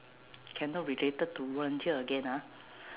cannot related to volunteer again ah